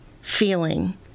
feeling